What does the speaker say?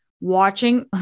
watching